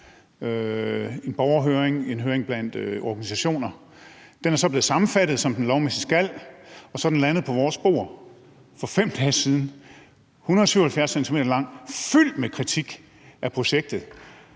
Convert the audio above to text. en borgerhøring, en høring blandt organisationer. Den er så blevet sammenfattet, som den lovmæssigt skal, og så er den landet på vores bord for 5 dage siden – 177 sider lang og fyldt med kritik af projektet.